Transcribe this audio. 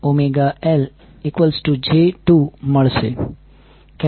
5H⇒jωL j2 મળશે